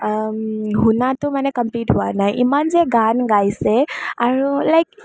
শুনাটো মানে কমপ্লিট হোৱা নাই ইমান যে গান গাইছে আৰু লাইক